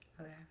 Okay